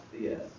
Yes